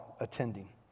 attending